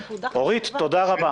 אורית, תודה רבה.